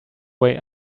way